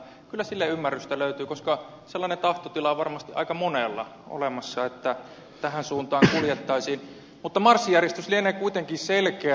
kyllä sille ymmärrystä löytyy koska sellainen tahtotila on varmasti aika monella olemassa että tähän suuntaan kuljettaisiin mutta marssijärjestys lienee kuitenkin selkeä